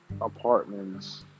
apartments